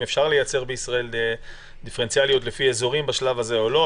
אפשר לייצר בישראל דיפרנציאליות לפי אזורים בשלב הזה או לא.